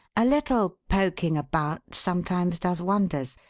a little poking about sometimes does wonders,